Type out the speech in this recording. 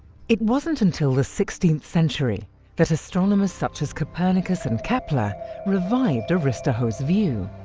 it wasn't until the sixteenth century that astronomers such as copernicus and kepler revived aristarchus' view.